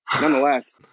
nonetheless